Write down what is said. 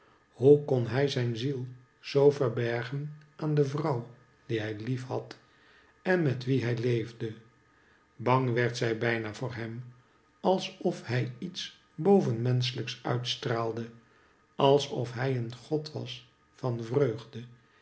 hoe kdn hij zijn ziel zoo verbergen aan de vrouw die hij lief had en met wie hij leefde bang werd zij bijna voor hem als of hij iets bovenmenschelijks uitstraalde als of hij een god was van vreugde